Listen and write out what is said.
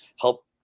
help